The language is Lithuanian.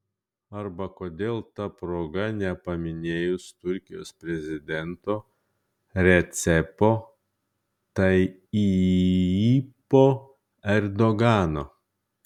arba kodėl ta proga nepaminėjus turkijos prezidento recepo tayyipo erdogano